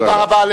תודה רבה.